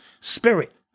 spirit